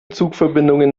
zugverbindungen